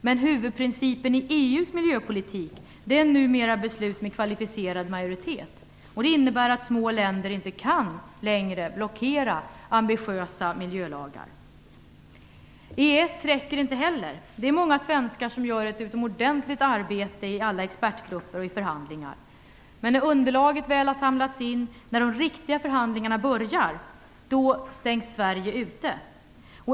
Men huvudprincipen i EU:s miljöpolitik är numera beslut med kvalificerad majoritet. Det innebär att små länder inte längre kan blockera ambitiösa miljölagar. EES räcker inte heller. Det är många svenskar som gör ett utomordentligt arbete i alla expertgrupper och i förhandlingar. Men när underlaget väl har samlats in, när de riktiga förhandlingarna börjar, då stängs Sverige ute.